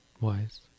wise